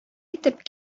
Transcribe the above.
итеп